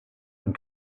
and